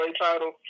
title